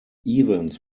evans